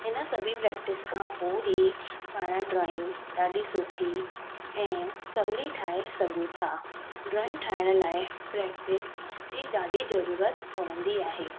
हिन सभी प्रैक्टिस खां पोइ ई पाण ड्रॉईंग ॾाढी सुठी ऐं सहुली ठाहे सघूं था ड्रॉईंग ठाहिण लाइ प्रैक्टिस जी ॾाढी ज़रूरत पवंदी आहे